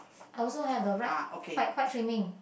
I also have a white white white trimming